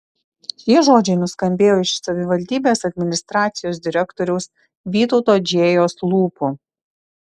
šie žodžiai nuskambėjo iš savivaldybės administracijos direktoriaus vytauto džėjos lūpų